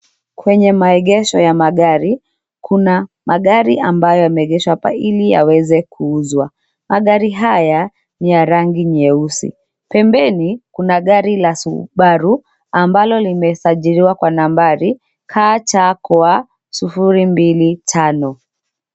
Kwenye maegesho ya magari, kuna magari ambayo yameegeshwa hapa ili yaweze kuuzwa. Magari hayani ya rangi nyeusi, pembeni kuna gari la subaru ambalo limesajiriwa kwa nambari ka cha kwa 025.